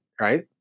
Right